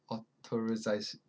authoris~